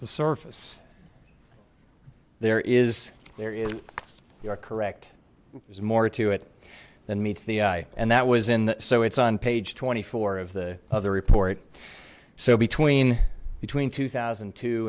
the surface there is there is you are correct there's more to it than meets the eye and that was in so it's on page twenty four of the other report so between between two thousand